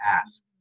ask